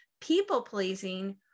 people-pleasing